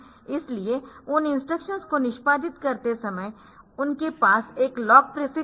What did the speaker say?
इसलिए उन इंस्ट्रक्शंस को निष्पादित करते समय उनके पास एक लॉक प्रीफिक्स होगा